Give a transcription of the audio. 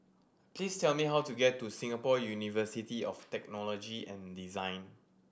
please tell me how to get to Singapore University of Technology and Design